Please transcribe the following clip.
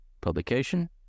publication